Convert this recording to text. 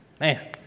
Man